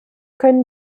können